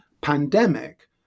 pandemic